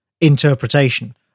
interpretation